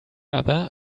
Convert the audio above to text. other